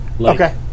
Okay